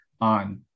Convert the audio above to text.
on